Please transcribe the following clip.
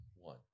One